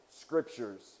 scriptures